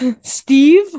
Steve